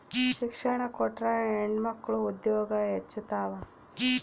ಶಿಕ್ಷಣ ಕೊಟ್ರ ಹೆಣ್ಮಕ್ಳು ಉದ್ಯೋಗ ಹೆಚ್ಚುತಾವ